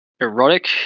erotic